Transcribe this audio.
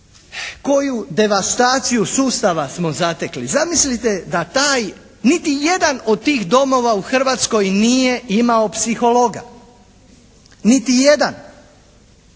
koju devastaciju sustava smo zatekli. Zamislite da taj niti jedan od tih domova u Hrvatskoj nije imao psihologa, niti jedan.